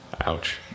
Ouch